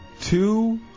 Two